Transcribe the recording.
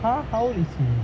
!huh! how old is he